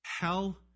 Hell